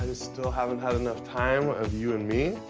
still haven't had enough time of you and me.